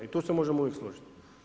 I tu se možemo uvijek složiti.